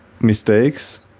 Mistakes